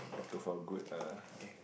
need to for good ah